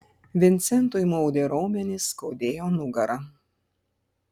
vincentui maudė raumenis skaudėjo nugarą